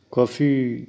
ਕਾਫੀ